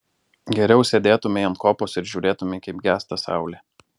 geriau sėdėtumei ant kopos ir žiūrėtumei kaip gęsta saulė